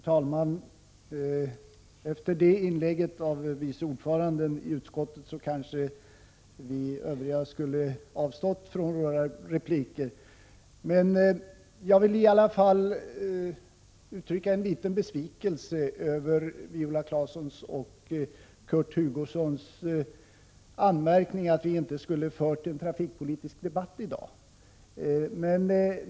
Vidsrentvecklingav Fru talman! Efter vice ordförandens inlägg borde kanske vi andra avstå SS sefökpoltka från våra repliker. Jag vill emellertid uttrycka litet besvikelse över Viola Claessons och Kurt Hugossons anmärkning att vi inte skulle ha fört en trafikpolitisk debatt i dag.